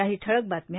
काही ठळक बातम्या